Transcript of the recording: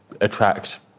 attract